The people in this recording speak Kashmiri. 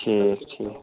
ٹھیٖک ٹھیٖک